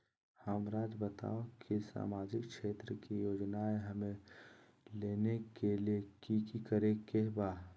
हमराज़ बताओ कि सामाजिक क्षेत्र की योजनाएं हमें लेने के लिए कि कि करे के बा?